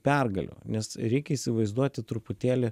pergalių nes reikia įsivaizduoti truputėlį